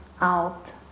out